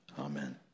Amen